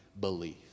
belief